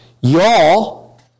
y'all